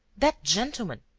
that gentleman?